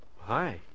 Hi